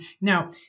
now